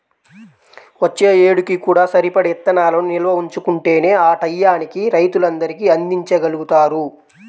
వచ్చే ఏడుకి కూడా సరిపడా ఇత్తనాలను నిల్వ ఉంచుకుంటేనే ఆ టైయ్యానికి రైతులందరికీ అందిచ్చగలుగుతారు